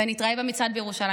ונתראה במצעד בירושלים.